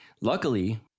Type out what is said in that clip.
Luckily